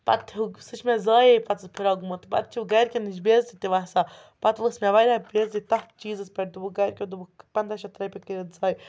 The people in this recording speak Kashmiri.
پَتہٕ ہیوٚک سُہ چھِ مےٚ زایے پَتہٕ سُہ فراق گوٚمُت پَتہٕ چھُو گَرِکٮ۪ن نِش بےعزتی تہِ وَسان پَتہٕ ؤژھ مےٚ واریاہ بےعزتی تَتھ چیٖزَس پٮ۪ٹھ دوٚپُکھ گَرِکیو دوٚپُکھ پنٛداہ شیٚتھ رۄپیہِ کٔرِتھ زایہِ